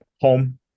Home